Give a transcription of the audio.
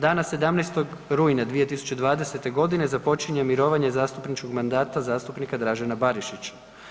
Dana 17. rujna 2020. godine započinje mirovanje zastupničkog mandata zastupnika Dražena Barišića.